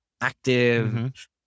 active